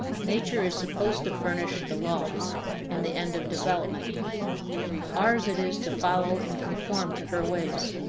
nature is supposed to furnish the law and the end of development ours it is to follow and conform to her ways.